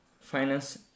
finance